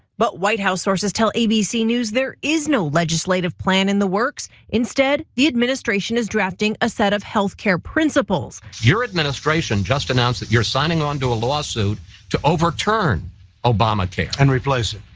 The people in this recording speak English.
but white house sources tell abc news there is no legislative plan in the works. instead, the administration is drafting a set of health care principles. your administration just announced that you're signing on to a lawsuit to overturn obamacare. and replace it.